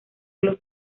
los